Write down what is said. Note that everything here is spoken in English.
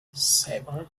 seven